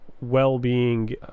well-being